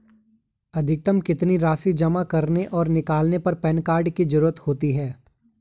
अधिकतम कितनी राशि जमा करने और निकालने पर पैन कार्ड की ज़रूरत होती है?